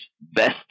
best